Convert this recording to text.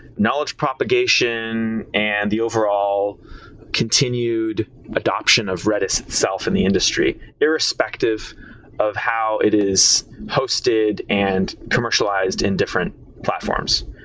knowledge propagation and the overall continued adoption of redis itself in the industry, irrespective of how it is hosted and commercialized in different platforms.